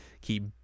keep